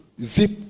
zip